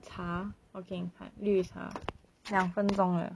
茶我给你看绿茶两分钟的